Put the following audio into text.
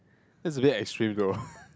that's a bit extreme though